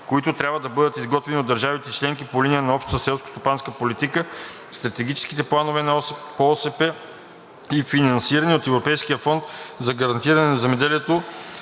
които трябва да бъдат изготвени от държавите членки по линия на общата селскостопанска политика (стратегически планове по ОСП) и финансирани от Европейския фонд за гарантиране на земеделието